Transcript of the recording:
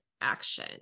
action